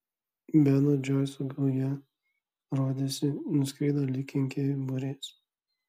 beno džoiso gauja rodėsi nuskrido lyg kenkėjų būrys